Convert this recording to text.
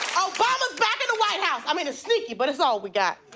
obama's back in the white house. i mean it's sneaky, but it's all we got.